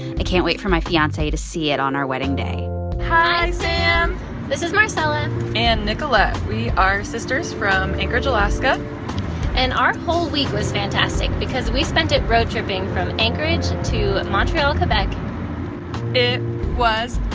i can't wait for my fiance to see it on our wedding day hi, sam this is marcella and nicolette. we are sisters from anchorage, alaska and our whole week was fantastic because we spent it road tripping from anchorage to montreal, quebec it was.